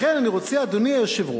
לכן אני רוצה, אדוני היושב-ראש,